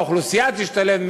האוכלוסייה תשתלב,